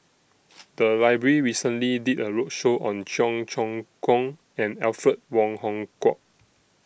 The Library recently did A roadshow on Cheong Choong Kong and Alfred Wong Hong Kwok